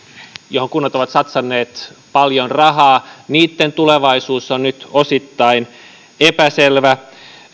johon kunnat ovat satsanneet paljon rahaa niitten tulevaisuus on nyt osittain epäselvä